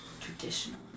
traditional